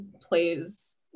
plays